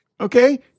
Okay